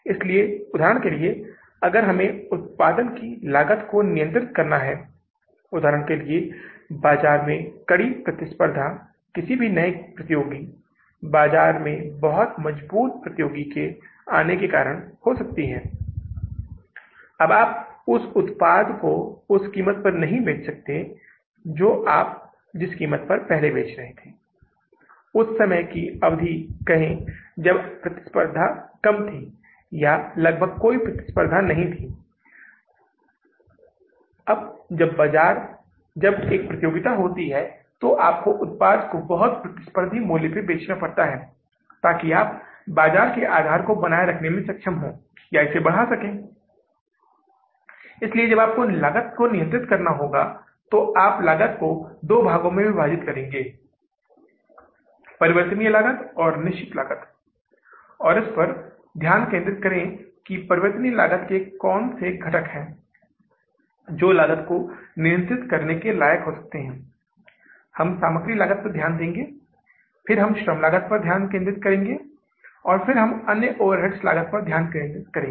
इसलिए हमें वित्तपोषण की व्यवस्था करनी होगी और जो इस मामले में स्पष्ट रूप से दी गई है कि अगर नकदी की कमी है तो आप इसे बैंक से उधार ले सकते हैं और अगर नकदी की अधिकता है तो वापस लौटाया या बैंक में जमा किया जा सकता है और उधार लेना और नकद जमा करना महीने की शुरुआत में होना चाहिए और जो भी ब्याज हम उस पर भुगतान करते हैं उसे 10 डॉलर का गुणांक होना चाहिए और जो भी मूल धन हम बैंक को वापस लौटाते हैं वह 1000 के गुणांक में होना चाहिए चाहे हम बैंक में वापस लोटाए या हम बैंक से उधार लें जो कि 1000 डॉलर से अधिक में होना चाहिए